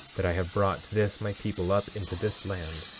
that i have brought this my people up into this land,